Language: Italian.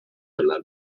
alla